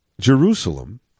Jerusalem